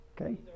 Okay